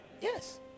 yes